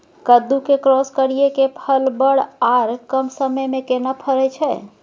कद्दू के क्रॉस करिये के फल बर आर कम समय में केना फरय छै?